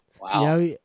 Wow